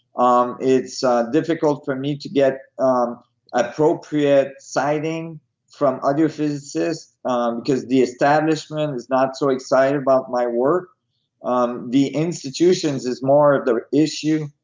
um it's difficult for me to get um appropriate siting from other physicist um because the establishment is not so excited about my work um the institutions is more of their issue.